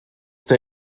der